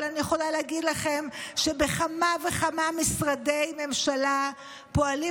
אבל אני יכולה להגיד לכם שבכמה וכמה משרדי ממשלה פועלים